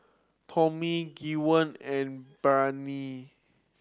Tommie Gwen and Brianne